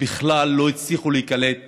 לא הצליחו בכלל להיקלט